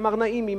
מר נעימי,